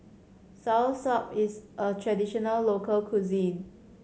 soursop is a traditional local cuisine